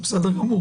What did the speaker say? זה בסדר גמור.